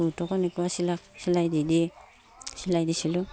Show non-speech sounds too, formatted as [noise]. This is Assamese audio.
[unintelligible] কেনেকুৱা চিলাক চিলাই দি দি চিলাই দিছিলোঁ